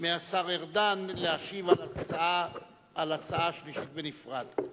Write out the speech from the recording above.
מהשר ארדן להשיב על ההצעה השלישית בנפרד.